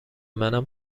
منم